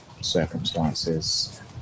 circumstances